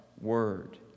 Word